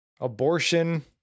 abortion